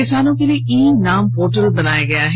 किसानों के लिए ई नाम पोर्टल बनाया गया है